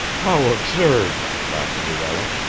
how absurd! laughed luella.